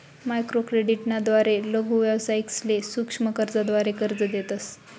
microcredit ना द्वारे लघु व्यावसायिकसले सूक्ष्म कर्जाद्वारे कर्ज देतस